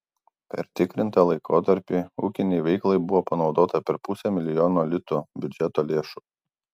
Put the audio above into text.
per tikrintą laikotarpį ūkinei veiklai buvo panaudota per pusę milijono litų biudžeto lėšų